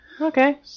Okay